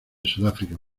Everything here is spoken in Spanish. sudáfrica